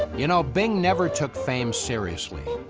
you know bing never took fame seriously.